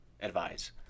advise